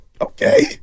okay